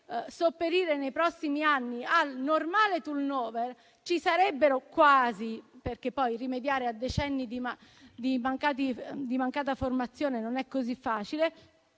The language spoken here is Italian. sopperire nei prossimi anni al normale *turnover* ci sarebbero - quasi, perché poi rimediare a decenni di mancata formazione non è così facile